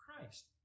Christ